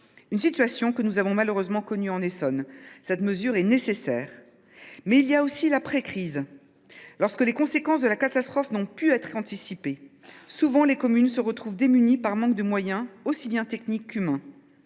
cette situation que nous avons malheureusement connue en Essonne. Cette mesure est donc nécessaire. N’oublions pas l’après crise. Lorsque les conséquences de la catastrophe n’ont pu être anticipées, les communes se trouvent souvent démunies par manque de moyens aussi bien techniques qu’humains.